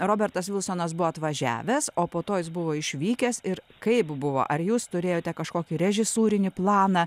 robertas vilsonas buvo atvažiavęs o po to jis buvo išvykęs ir kaip buvo ar jūs turėjote kažkokį režisūrinį planą